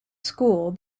school